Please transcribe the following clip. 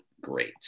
great